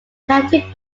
county